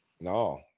No